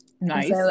nice